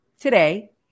Today